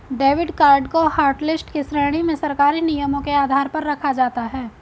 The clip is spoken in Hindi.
डेबिड कार्ड को हाटलिस्ट की श्रेणी में सरकारी नियमों के आधार पर रखा जाता है